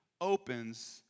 opens